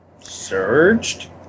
Surged